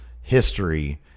history –